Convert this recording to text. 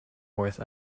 worth